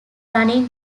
running